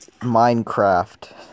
Minecraft